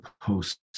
post-